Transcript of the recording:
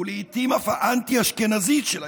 ולעיתים אף האנטי-אשכנזית של היום.